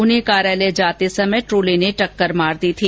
उन्हें कार्यालय जाते समय ट्रोले ने टक्कर मार दी थी